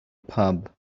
pub